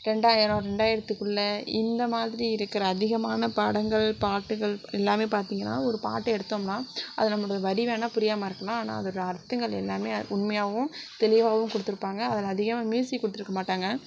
ரெண்டாயிரம் ரெண்டாயிரத்துக்குள்ளே இந்த மாதிரி இருக்கிற அதிகமான படங்கள் பாட்டுகள் எல்லாம் பார்த்தீங்கனா ஒரு பாட்டு எடுத்தோம்னா அது நம்மளோடய வரி வேணுணா புரியாமல் இருக்கலாம் ஆனால் அதுக்கு அர்த்தங்கள் எல்லாம் அது உண்மையாகவும் தெளிவாகவும் கொடுத்துருப்பாங்க அதில் அதிகமாக மியூசிக் கொடுத்துருக்க மாட்டாங்க